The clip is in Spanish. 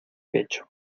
pecho